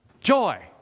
joy